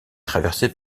traversée